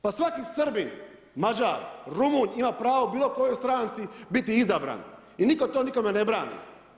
Pa svaki Srbin, Mađar, Rumunj ima pravo u bilo kojoj stranci biti izabran i nitko to nikome ne brani.